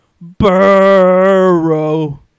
Burrow